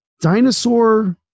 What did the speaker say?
dinosaur